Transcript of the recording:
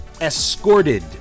escorted